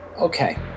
okay